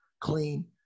clean